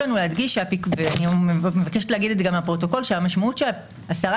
וגם לפרוטוקול שהמשמעות של הסרת